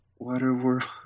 Waterworld